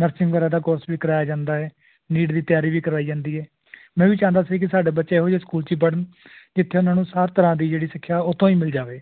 nursing ਵਗੈਰਾ ਦਾ course ਵੀ ਕਰਵਾਇਆ ਜਾਂਦਾ ਹੈ ਨੀਟ ਦੀ ਤਿਆਰੀ ਵੀ ਕਰਵਾਈ ਜਾਂਦੀ ਏ ਮੈਂ ਵੀ ਚਾਹੁੰਦਾ ਸੀ ਕਿ ਸਾਡੇ ਬੱਚੇ ਇਹੋ ਜਿਹੇ ਸਕੂਲ 'ਚ ਪੜ੍ਹਨ ਜਿੱਥੇ ਉਹਨਾਂ ਨੂੰ ਹਰ ਤਰ੍ਹਾਂ ਦੀ ਜਿਹੜੀ ਸਿੱਖਿਆ ਉਹ ਤੋਂ ਹੀ ਮਿਲ ਜਾਵੇ